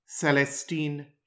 Celestine